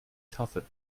tafel